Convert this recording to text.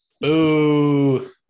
boo